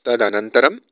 तदनन्तरं